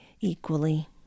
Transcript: equally